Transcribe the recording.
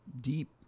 deep